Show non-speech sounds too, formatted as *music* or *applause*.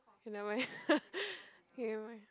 okay never mind *laughs* K never mind